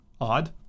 odd